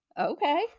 okay